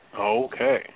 Okay